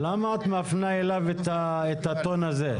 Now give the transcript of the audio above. למה את מפנה אליו את הטון הזה?